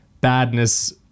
badness